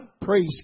Praise